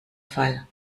fall